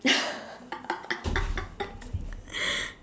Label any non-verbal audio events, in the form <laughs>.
<laughs>